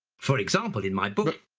for example in my book,